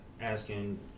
asking